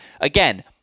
again